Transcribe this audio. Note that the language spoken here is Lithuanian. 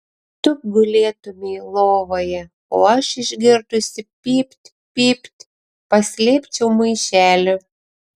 tu gulėtumei lovoje o aš išgirdusi pypt pypt paslėpčiau maišelį